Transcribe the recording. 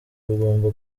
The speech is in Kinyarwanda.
bugomba